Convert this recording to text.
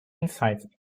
insights